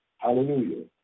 Hallelujah